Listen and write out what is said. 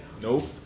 Nope